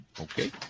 okay